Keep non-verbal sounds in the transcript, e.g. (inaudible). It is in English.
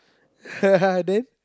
(laughs) then